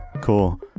cool